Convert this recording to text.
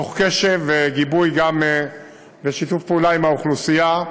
תוך קשב וגיבוי, גם בשיתוף פעולה עם האוכלוסייה.